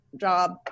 job